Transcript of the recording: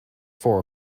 four